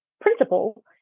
principle